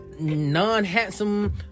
non-handsome